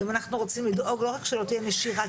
ואם אנחנו רוצים לדאוג לא רק שלא תהיה נשירה,